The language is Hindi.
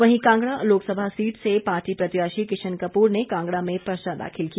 वहीं कांगड़ा लोकसभा सीट से पार्टी प्रत्याशी किशन कपूर ने कांगडा में पर्चा दाखिल किया